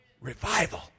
revival